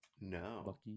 No